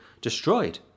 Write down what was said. destroyed